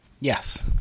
Yes